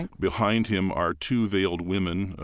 and behind him are two veiled women,